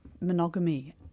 Monogamy